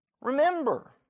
Remember